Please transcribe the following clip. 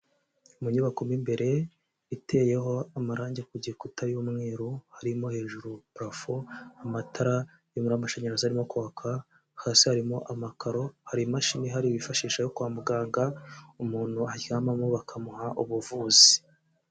Mu nyubako mo imbere, iteyeho amarangi ku gikuta y'umweru, harimo hejuru parafo amatara n'umuriro w'amashanyarazi arimo kwaka, hasi harimo amakaro, hari imashini ihari bifashisha yo kwa muganga umuntu aryamamo bakamuha ubuvuzi.